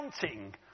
counting